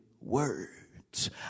words